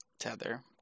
tether